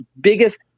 biggest